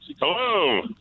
Hello